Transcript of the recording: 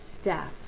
staff